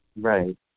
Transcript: Right